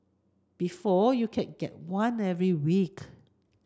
before you could get one every week